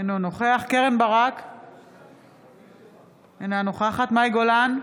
אינו נוכח קרן ברק, אינה נוכחת מאי גולן,